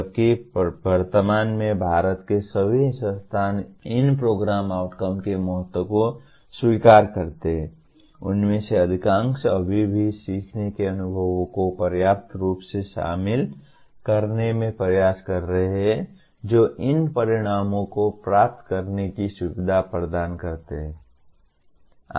जबकि वर्तमान में भारत के सभी संस्थान इन प्रोग्राम आउटकम के महत्व को स्वीकार करते हैं उनमें से अधिकांश अभी भी सीखने के अनुभवों को पर्याप्त रूप से शामिल करने में प्रयास कर रहे हैं जो इन परिणामों को प्राप्त करने की सुविधा प्रदान करते हैं